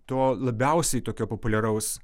to labiausiai tokio populiaraus